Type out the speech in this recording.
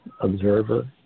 observer